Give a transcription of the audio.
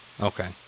okay